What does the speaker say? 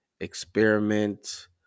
experiment